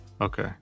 okay